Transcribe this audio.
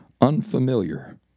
unfamiliar